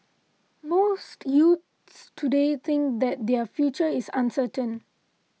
most youths today think that their future is uncertain